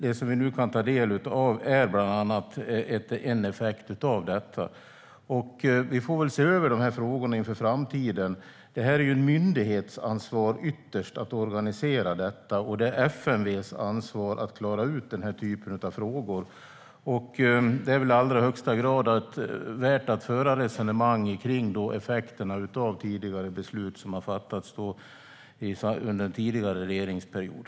Det vi nu kan ta del av är bland annat en effekt av det. Vi får väl se över de här frågorna inför framtiden. Att organisera detta är ytterst ett myndighetsansvar. Det är FMV:s ansvar att klara ut den typen av frågor. Det är i allra högsta grad värt att föra resonemang om effekterna av beslut som fattats under en tidigare regeringsperiod.